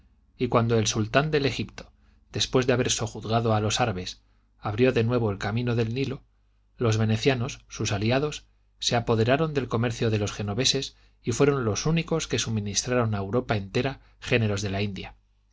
y cuando el sultán del egipto después de haber sojuzgado a los árabes abrió de nuevo el camino del nilo los venecianos sus aliados se apoderaron del comercio de los genoveses y fueron los únicos que suministraron a europa entera géneros de la india